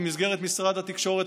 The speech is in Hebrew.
במסגרת משרד התקשורת,